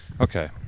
Okay